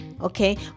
okay